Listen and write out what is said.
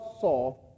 saw